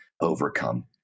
overcome